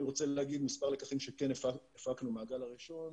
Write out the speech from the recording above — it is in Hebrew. אני רוצה להגיד מספר לקחים שכן הפקנו מהגל הראשון,